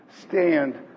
stand